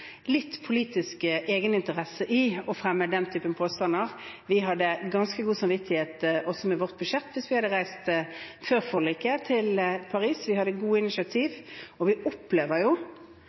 litt politisk egeninteresse i å fremme den typen påstander. Vi hadde hatt ganske god samvittighet med hensyn til vårt budsjett, også hvis vi hadde reist til Paris før forliket. Vi hadde gode initiativ, og vi opplever jo